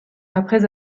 après